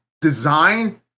design